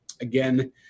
Again